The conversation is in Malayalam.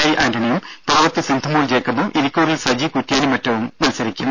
ഐ ആന്റണിയും പിറവത്ത് സിന്ധുമോൾ ജേക്കബും ഇരിക്കൂറിൽ സജി കുറ്റ്യാനിമറ്റവും മത്സരിക്കും